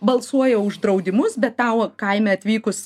balsuoja už draudimus bet tau kaime atvykus